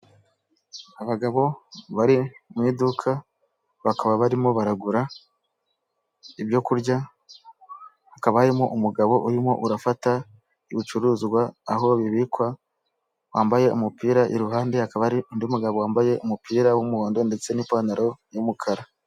Abagabo bari mu iduka bakaba barimo baragura ibyo kurya, hakaba harimo umugabo urimo urafata ibicuruzwa aho bibikwa wambaye umupira iruhande hakaba hari undi mugabo wambaye umupira w'umuhondo ndetse n'ipantaro y'umukara.